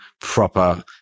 proper